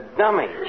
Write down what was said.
dummy